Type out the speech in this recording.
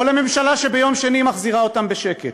או לממשלה שביום שני מחזירה אותן בשקט?